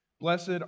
Blessed